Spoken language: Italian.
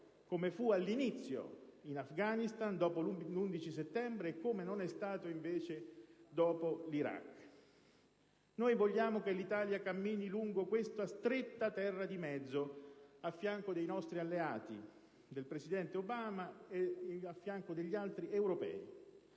come fu all'inizio in Afghanistan dopo l'11 settembre e come non è stato invece dopo l'Iraq. Noi vogliamo che l'Italia cammini lungo questa stretta terra di mezzo a fianco dei nostri alleati, del presidente Obama e degli altri europei.